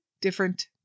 different